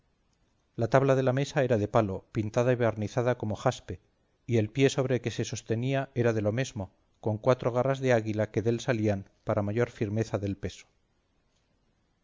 la tabla de la mesa era de palo pintada y barnizada como jaspe y el pie sobre que se sostenía era de lo mesmo con cuatro garras de águila que dél salían para mayor firmeza del peso